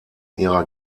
ihrer